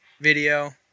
video